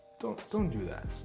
don't do that,